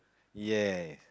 yes